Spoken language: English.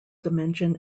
dimension